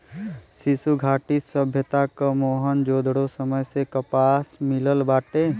सिंधु घाटी सभ्यता क मोहन जोदड़ो समय से कपास मिलल बाटे